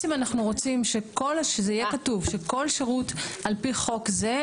אנחנו רוצים שיהיה כתוב שכל שירות על פי חוק זה,